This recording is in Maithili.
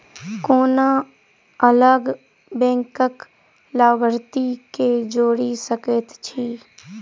कोना अलग बैंकक लाभार्थी केँ जोड़ी सकैत छी?